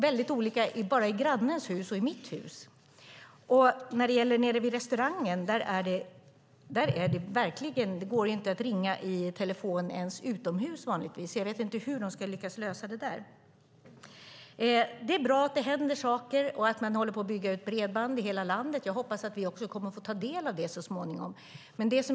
Det är olika i mitt hus och i grannens hus, och nere vid restaurangen går det inte ens att ringa utomhus. Jag vet inte hur de ska lyckas lösa detta. Det är bra att det händer saker och att man bygger ut bredband i hela landet. Jag hoppas att vi också får ta del av det så småningom.